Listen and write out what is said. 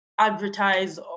advertise